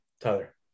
Tyler